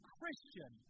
Christian